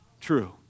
true